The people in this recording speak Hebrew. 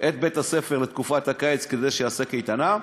את בית-הספר לתקופת הקיץ כדי שיעשה קייטנה,